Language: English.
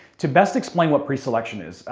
to best explain what pre-selection is,